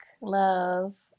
love